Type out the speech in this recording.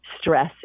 stress